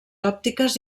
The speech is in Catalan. òptiques